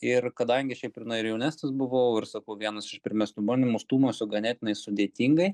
ir kadangi šiaip ir na ir jaunesnis buvau ir sakau vienas iš pirmesnių bandymų stūmiausi ganėtinai sudėtingai